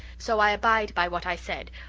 so i abide by what i said,